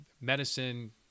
medicine